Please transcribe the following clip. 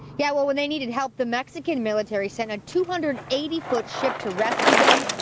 yeah, when they needed help, the mexican military sent a two hundred and eighty foot ship to rescue them.